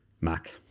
Mac